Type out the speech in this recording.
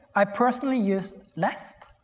i personally use lest,